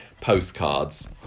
postcards